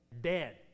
Dead